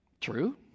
True